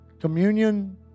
communion